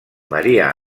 maria